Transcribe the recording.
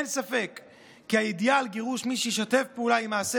אין ספק כי הידיעה על גירוש מי שישתף פעולה עם מעשי